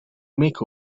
make